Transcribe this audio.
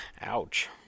ouch